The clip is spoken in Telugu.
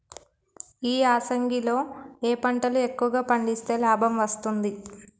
ఈ యాసంగి లో ఏ పంటలు ఎక్కువగా పండిస్తే లాభం వస్తుంది?